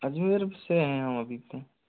अजमेर से हैं हम अभी तो